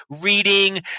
reading